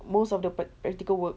most of the prac~ practical work